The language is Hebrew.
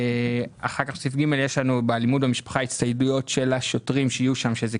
בסעיף (ג) יש הצטיידויות של השוטרים ב-3